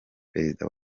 perezida